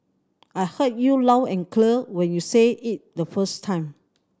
I heard you loud and clear when you said it the first time